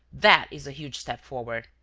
that is a huge step forward.